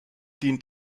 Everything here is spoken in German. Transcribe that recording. dient